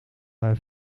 hij